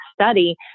study